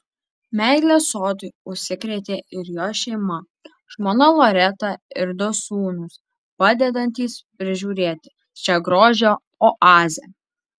meile sodui užsikrėtė ir jo šeima žmona loreta ir du sūnūs padedantys prižiūrėti šią grožio oazę